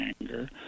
anger